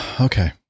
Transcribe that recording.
okay